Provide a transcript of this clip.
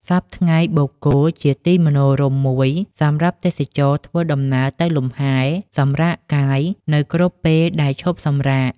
សព្វថ្ងៃបូកគោ ជាទីមនោរម្យមួយសម្រាប់ទេសចរណ៍ធ្វើ ដំណើរទៅលំហែ សម្រាកកាយ នៅគ្រប់ពេលដែលឈប់សម្រាក ។